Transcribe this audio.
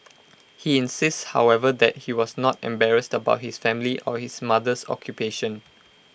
he insists however that he was not embarrassed about his family or his mother's occupation